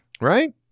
Right